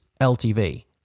LTV